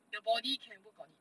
the body can work on it